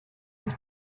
was